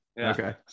Okay